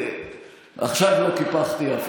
אז לפחות לא נקפח אף